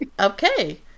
okay